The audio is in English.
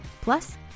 Plus